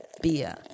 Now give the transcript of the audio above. beer